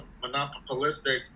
monopolistic